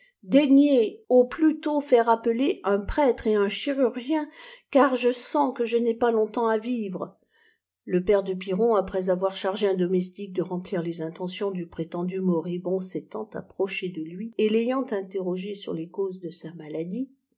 daignez au plutôt faire appeler un prêtre et un chirurgien car je sens que je n'ai pas longtem s à vivre le père de piron après avoir chargé un domestique de remplir les intentions du prétendu moribond s'étant approché de lui et l'ayant interrogé sur la cause de sa maladie